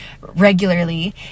regularly